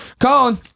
Colin